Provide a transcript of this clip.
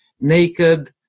naked